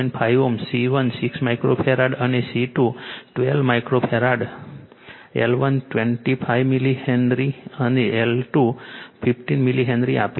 5 Ω C1 6 microfarad અને C2 12 microfarad L1 25 millihenry અને L2 15 millihenry આપેલ છે